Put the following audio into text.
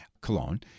Cologne